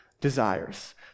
desires